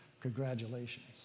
Congratulations